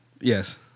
yes